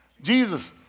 Jesus